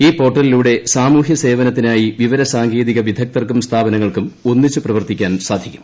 ഈ പോർട്ടലിലൂടെ സാമൂഹൃസേവനത്തിനായി വിവരസാങ്കേതിക വിദഗ്ധർക്കും സ്ഥാപനങ്ങൾക്കും ഒന്നിച്ച് പ്രവർത്തിക്കാൻ സാധിക്കും